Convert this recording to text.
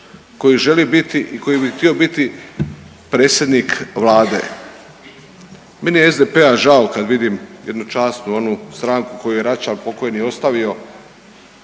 koji želi biti i koji bi htio biti predsjednik Vlade. Meni je SDP-a žao kad vidim jednu časnu onu stranku koju je Račan pokojni ostavio